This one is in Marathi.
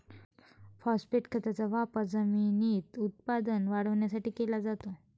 फॉस्फेट खताचा वापर जमिनीत उत्पादन वाढवण्यासाठी केला जातो